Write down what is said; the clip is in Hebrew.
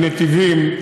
הנתיבים,